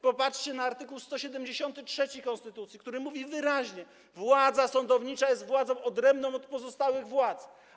Popatrzcie na art. 173 konstytucji, który mówi wyraźnie: władza sądownicza jest władzą odrębną od pozostałych władz.